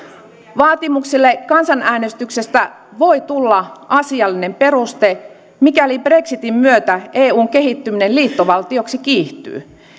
vaatimuksille kansanäänestyksestä voi tulla asiallinen peruste mikäli brexitin myötä eun kehittyminen liittovaltioksi kiihtyy